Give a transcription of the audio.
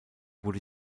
wurde